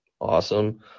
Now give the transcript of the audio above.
Awesome